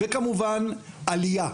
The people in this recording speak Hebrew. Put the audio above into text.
וכמובן עלייה.